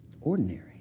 ordinary